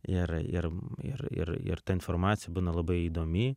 ir ir ir ir ir ta informacija būna labai įdomi